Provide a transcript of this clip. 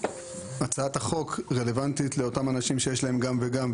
לזכור שהצעת החוק רלוונטית לאותם אנשים שיש להם גם וגם,